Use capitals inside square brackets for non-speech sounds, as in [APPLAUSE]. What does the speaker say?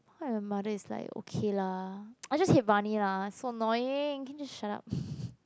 why her mother is like okay lah [NOISE] I just hate Barney lah so annoying can you shut up